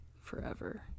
forever